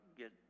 get